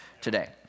today